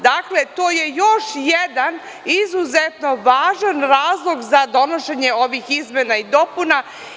Dakle, to je još jedan izuzetno važan razlog za donošenje ovih izmena i dopuna.